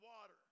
water